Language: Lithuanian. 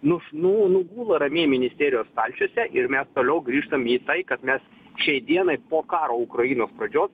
nuš nu nugula ramiai ministerijos stalčiuose ir mes toliau grįžtam į tai kad mes šiai dienai po karo ukrainos pradžios